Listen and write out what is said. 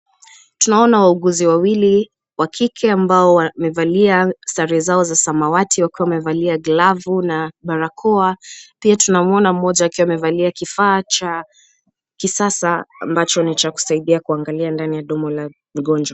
Tunaona wauguzi wawili wa kike ambao wamevalia sare zao za samawati wakiwa wamevalia glavu na barakoa pia tunamuona mmoja akiwa amevalia kifaa cha kisasa ambacho ni cha kusaidia kuangalia ndani ya domo la mgonjwa.